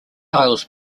isles